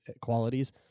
qualities